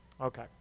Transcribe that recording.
Okay